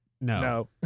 No